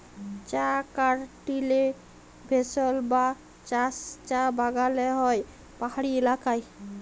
চাঁ কাল্টিভেশল বা চাষ চাঁ বাগালে হ্যয় পাহাড়ি ইলাকায়